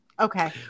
Okay